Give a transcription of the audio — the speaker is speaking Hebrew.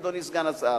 אדוני סגן השר.